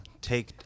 take